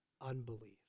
unbelief